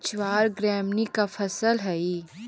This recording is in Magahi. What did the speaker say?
ज्वार ग्रैमीनी का फसल हई